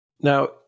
Now